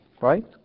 Right